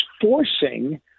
forcing